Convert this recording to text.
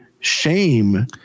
Shame